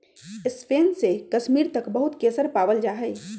Spain से कश्मीर तक बहुत केसर पावल जा हई